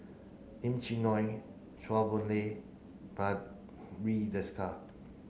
Lim Chee Onn Chua Boon Lay Barry Desker